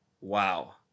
wow